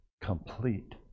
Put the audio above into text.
complete